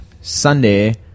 Sunday